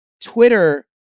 Twitter